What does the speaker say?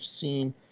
seen